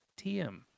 TM